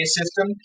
system